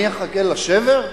אני אחכה לשבר?